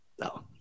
No